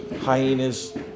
hyenas